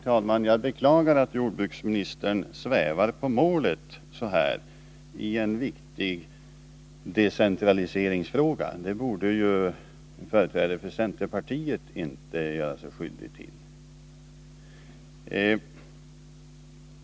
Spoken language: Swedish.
Herr talman! Jag beklagar att jordbruksministern svävar på målet i en viktig decentraliseringsfråga. Det borde inte en företrädare för centerpartiet göra sig skyldig till.